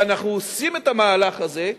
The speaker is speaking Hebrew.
ואנחנו עושים את המהלך הזה,